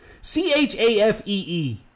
C-H-A-F-E-E